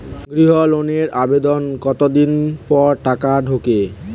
গৃহ লোনের আবেদনের কতদিন পর টাকা ঢোকে?